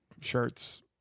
shirts